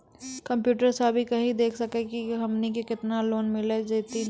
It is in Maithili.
कंप्यूटर सा भी कही देख सकी का की हमनी के केतना लोन मिल जैतिन?